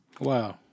Wow